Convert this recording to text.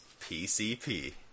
PCP